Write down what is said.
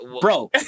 bro